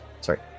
sorry